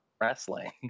wrestling